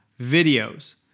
videos